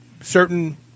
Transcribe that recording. certain